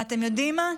ואתם יודעים מה?